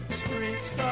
streets